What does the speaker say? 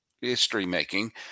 history-making